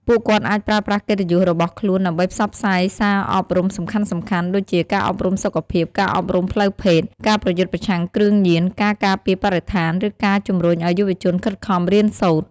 ពួកគាត់អាចប្រើប្រាស់កិត្តិយសរបស់ខ្លួនដើម្បីផ្សព្វផ្សាយសារអប់រំសំខាន់ៗ ដូចជាការអប់រំសុខភាព ការអប់រំផ្លូវភេទ ការប្រយុទ្ធប្រឆាំងគ្រឿងញៀន ការការពារបរិស្ថាន ឬការជំរុញឱ្យយុវជនខិតខំរៀនសូត្រ។